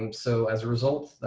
um so as a result,